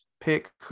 pick